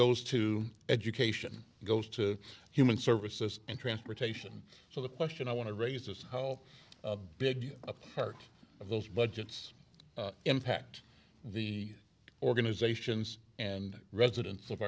goes to education goes to human services and transportation so the question i want to raise is how big a part of those budgets impact the organizations and residents of